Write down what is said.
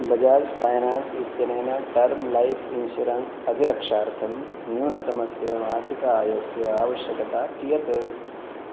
Bajaj finance इत्यनेन term life insurance अभिरक्षार्थं न्यूनतमस्य मासिक आयस्य आवश्यकता कियती